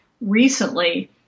recently